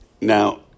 Now